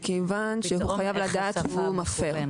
כיוון שהוא חייב לדעת שהוא מפר.